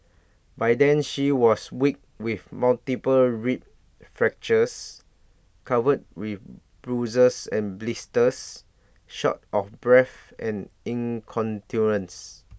by then she was weak with multiple rib fractures covered with bruises and blisters short of breath and